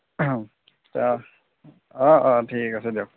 এতিয়া অঁ অঁ ঠিক আছে দিয়ক